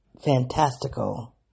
fantastical